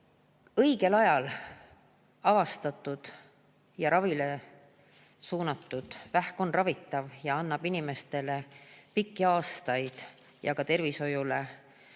Õigel ajal avastatud ja ravile suunatud vähk on ravitav. Nii saab anda inimestele pikki aastaid ja ka tervishoiule väiksema